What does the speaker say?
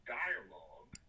dialogue